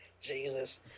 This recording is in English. Jesus